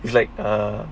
it's like err